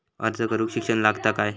अर्ज करूक शिक्षण लागता काय?